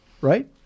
right